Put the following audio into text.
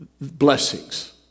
blessings